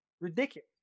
ridiculous